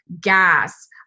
gas